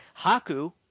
haku